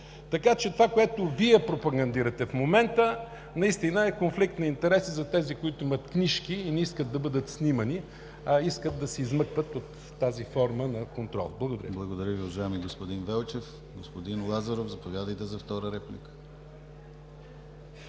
глобите. Това, което Вие пропагандирате в момента, наистина е конфликт на интереси за тези, които имат книжки и не искат да бъдат снимани, а искат да се измъкват от тази форма на контрол. Благодаря. ПРЕДСЕДАТЕЛ ДИМИТЪР ГЛАВЧЕВ: Благодаря Ви, господин Велчев. Господин Лазаров, заповядайте за втора реплика.